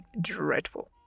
dreadful